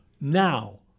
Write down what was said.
Now